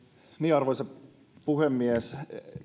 arvoisa puhemies